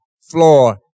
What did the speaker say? floor